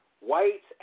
whites